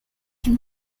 can